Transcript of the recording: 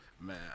Man